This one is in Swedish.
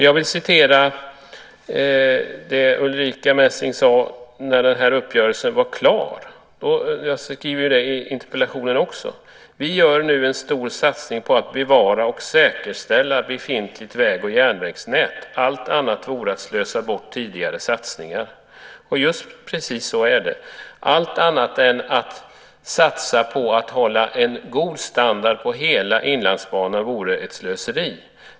Jag vill citera det Ulrica Messing sade när den här uppgörelsen var klar, liksom jag gjorde i interpellationen: "Vi gör nu en stor satsning på att bevara och säkerställa befintligt väg och järnvägsnät. Allt annat vore att slösa bort tidigare satsningar." Och just precis så är det. Allt annat än att satsa på att hålla en god standard på hela Inlandsbanan vore ett slöseri.